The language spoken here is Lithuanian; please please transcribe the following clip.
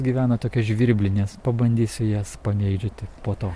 gyvena tokios žvirblinės pabandysiu jas pamėgdžioti po to